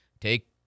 take